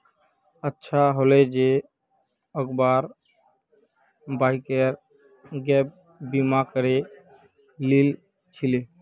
अच्छा हले जे अब्बार बाइकेर गैप बीमा करे लिल छिले